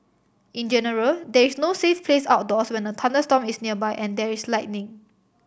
in general there is no safe place outdoors when a thunderstorm is nearby and there is lightning